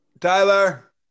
Tyler